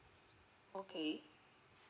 okay